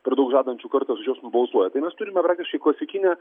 per daug žadančių kartais už juos nubalsuoja tai mes turime praktiškai klasikinę